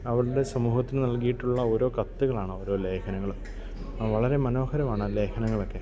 അവരുടെ സമൂഹത്തിന് നൽകിയിട്ടുള്ള ഓരോ കത്തുകളാണ് ഓരോ ലേഖനങ്ങൾ വളരെ മനോഹരമാണ് ആ ലേഖനങ്ങളൊക്കെ